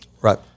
right